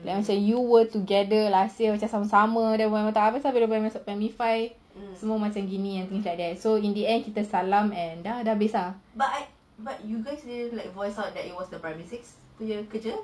then I say you were together last year macam sama-sama apasal bila masuk primary five semua macam gini things like that so in the end kita salam and dah habis ah